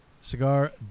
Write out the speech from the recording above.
Cigar